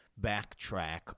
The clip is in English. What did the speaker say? backtrack